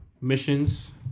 missions